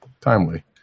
timely